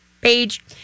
page